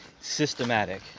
systematic